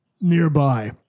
Nearby